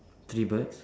three birds